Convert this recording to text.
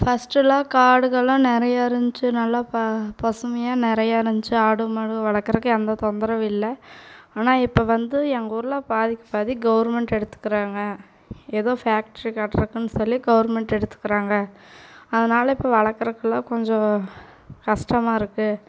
ஃபஸ்ட்டெல்லாம் காடுகல்லாம் நிறையா இருந்துச்சு நல்லா பசுமையாக நிறையா இருந்துச்சு ஆடு மாடுகள் வளக்குறதுக்கு எந்த தொந்தரவும் இல்லை ஆனால் இப்போ வந்து எங்கூரில் பாதிக்கு பாதி கவுர்மெண்ட் எடுத்துக்கிறாங்க ஏதோ ஃபேக்ட்ரி கட்றதுக்குன்னு சொல்லி கவுர்மெண்ட் எடுத்துக்கிறாங்க அதனால் இப்போ வளக்குறதுக்குலாம் கொஞ்சம் கஷ்டமாக இருக்குது